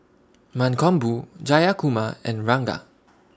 Mankombu Jayakumar and Ranga